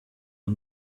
and